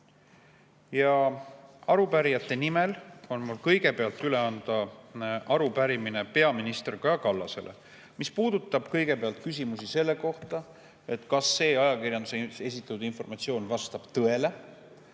Arupärijate nimel on mul üle anda arupärimine peaminister Kaja Kallasele, mis puudutab kõigepealt küsimust selle kohta, kas see ajakirjanduses esitatud informatsioon vastab tõele,